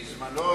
בזמנו,